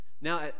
Now